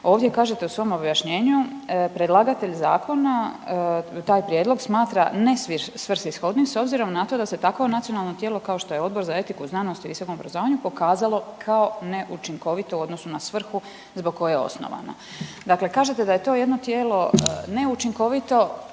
Ovdje kažete u svom objašnjenju, predlagatelj zakona taj prijedlog smatra nesvrsishodnim s obzirom na to da se takvo nacionalno tijelo kao što je Odbor za etiku, znanost i visoko obrazovanje pokazalo kao neučinkovito u odnosu na svrhu zbog koje je osnovano. Dakle kažete da je to jedno tijelo neučinkovito